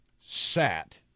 sat